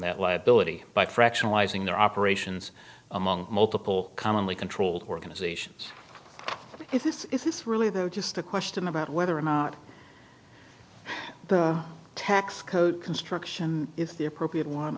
that liability by fractionalized their operations among multiple commonly controlled organisations if this is this really though just a question about whether or not the tax code construction is the appropriate one